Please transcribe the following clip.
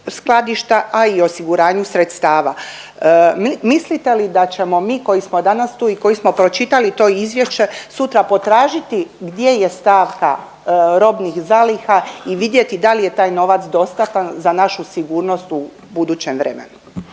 a i o osiguranju sredstava. Mislite li da ćemo mi koji smo danas tu i koji smo pročitali to izvješće sutra potražiti gdje je stavka robnih zaliha i vidjeti da li je taj novac dostatan za našu sigurnost u budućem vremenu.